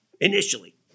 initially